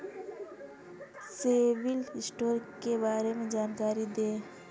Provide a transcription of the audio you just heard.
CIBIL score के बारे में जानकारी दें?